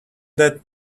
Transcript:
that